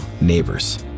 Neighbors